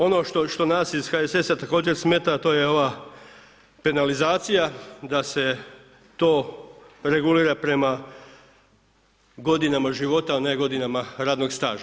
Ono što nas iz HSS-a također smeta a to je ova penalizacija, da se to regulira prema godinama života a ne godinama radnog staža.